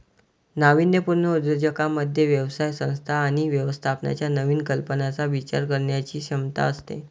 नाविन्यपूर्ण उद्योजकांमध्ये व्यवसाय संस्था आणि व्यवस्थापनाच्या नवीन कल्पनांचा विचार करण्याची क्षमता असते